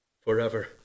forever